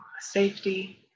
safety